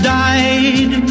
died